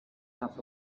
half